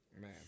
Man